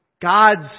God's